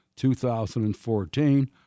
2014